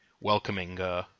welcoming